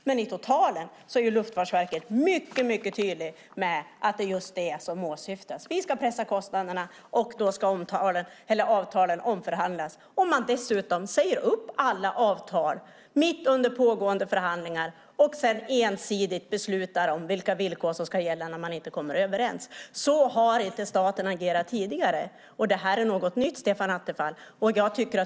Men i totalen är Luftfartsverket mycket tydligt med att det som åsyftas är just att pressa kostnaderna, och då ska avtalen omförhandlas. De säger dessutom upp alla avtal mitt under pågående förhandlingar och beslutar sedan ensidigt vilka villkor som ska gälla om man inte kommer överens. Så har inte staten agerat tidigare. Det här är något nytt, Stefan Attefall.